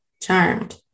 Charmed